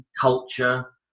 culture